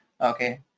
okay